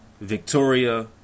Victoria